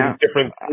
different